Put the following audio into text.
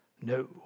No